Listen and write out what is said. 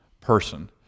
person